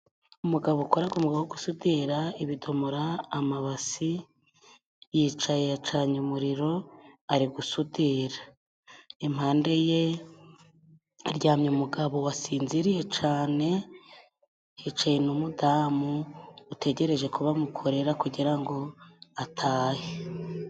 Umugabo ukoraga umwuga wo gusudira ibidomora, amabasi, yicaye yacanye umuriro ari gusudira, impande ye haryamye umugabo wasinziriye cane, hicaye n'umudamu utegereje ko bamukorera kugira ngo atahe.